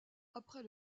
après